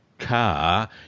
car